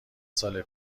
سال